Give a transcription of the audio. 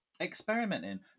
experimenting